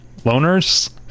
loners